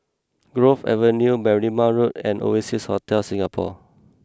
Grove Avenue Berrima Road and Oasia Hotel Singapore